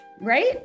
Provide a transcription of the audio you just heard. right